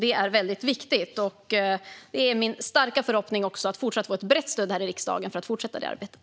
Det är väldigt viktigt. Det är också min starka förhoppning att få ett brett stöd här i riksdagen för att fortsätta det arbetet.